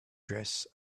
dress